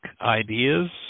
ideas